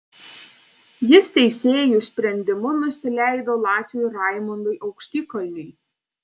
jis teisėjų sprendimu nusileido latviui raimondui aukštikalniui